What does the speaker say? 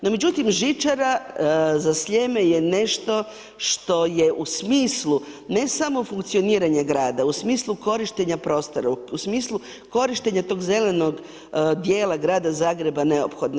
No međutim žičara za Sljeme je nešto što je u smislu, ne samo funkcioniranja grada, u smislu korištenja prostora, u smislu korištenja tog zelenog djela grada Zagreba neophodne.